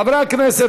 חברי הכנסת,